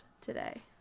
today